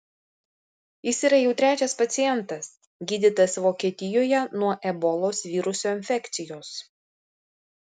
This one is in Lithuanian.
jis yra jau trečias pacientas gydytas vokietijoje nuo ebolos viruso infekcijos